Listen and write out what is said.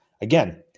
Again